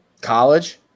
College